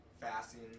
fasting